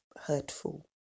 hurtful